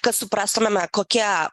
kad suprastumėme kokia